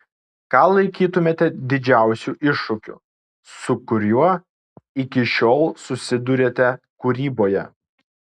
ką laikytumėte didžiausiu iššūkiu su kuriuo iki šiol susidūrėte kūryboje